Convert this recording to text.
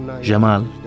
Jamal